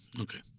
Okay